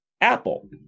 Apple